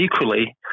equally